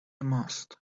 ماست